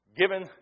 given